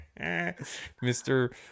Mr